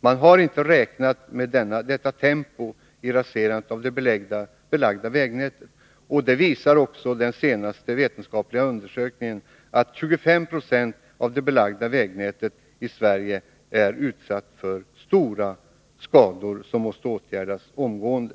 Man har inte räknat med detta tempo i raserandet av det belagda vägnätet. Den senaste vetenskapliga undersökningen visar också att 25 960 av det belagda vägnätet i Sverige är utsatt för stora skador, som måste åtgärdas omgående.